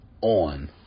on